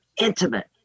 intimate